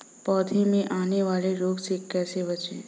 पौधों में आने वाले रोग से कैसे बचें?